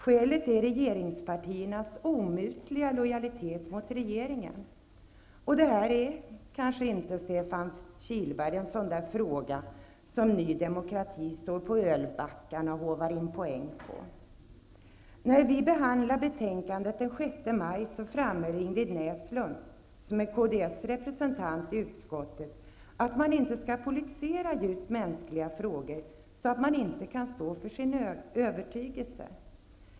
Skälet är regeringspartiernas omutliga lojalitet mot regeringen. Det här är kanske inte heller, Stefan Kihlberg, en fråga som Ny demokrati står på ölbackarna och håvar in poäng på. När vi behandlade betänkandet den 6 maj framhöll Ingrid Näslund, som är kds representant i utskottet, att man inte skall politisera djupt mänskliga frågor så att man inte kan stå för sin övertygelse.